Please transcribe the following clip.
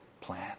plan